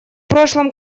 прошлом